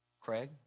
Craig